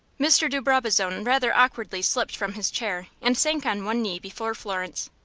mr. de brabazon rather awkwardly slipped from his chair, and sank on one knee before florence.